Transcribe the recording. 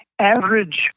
Average